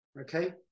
Okay